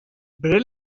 bere